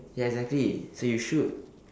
ya exactly so you should